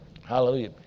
Hallelujah